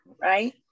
right